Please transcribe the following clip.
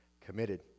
committed